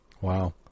Wow